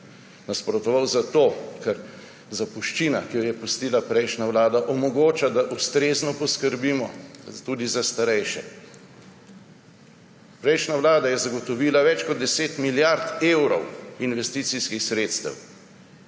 Nasprotoval zato, ker zapuščina, ki jo je pustila prejšnja vlada, omogoča, da ustrezno poskrbimo tudi za starejše. Prejšnja vlada je zagotovila več kot 10 milijard evrov investicijskih sredstev,